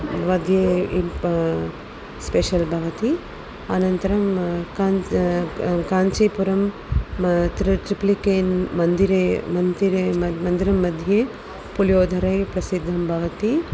मध्ये स्पेषल् भवति अनन्तरं काञ्च काञ्चीपुरं म तिरूचुप्लिकेन् मन्दिरे मन्तिरे मन्दिरमध्ये पुळियोध्रे प्रसिद्धं भवति